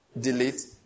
delete